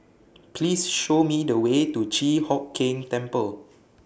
Please Show Me The Way to Chi Hock Keng Temple